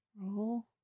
roll